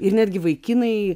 ir netgi vaikinai